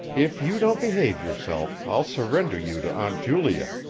if you don't behave yourself, i'll surrender you to aunt julia,